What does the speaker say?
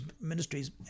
Ministries